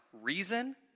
reason